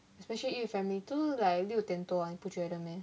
especially eat with family 都是 like 六点多啊你不觉得 meh